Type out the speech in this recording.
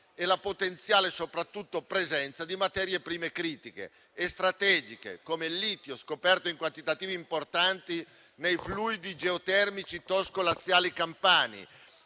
la potenziale presenza di materie prime critiche e strategiche come il litio, scoperto in quantitativi importanti nei fluidi geotermici tosco-laziali e campani,